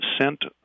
sent